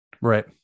Right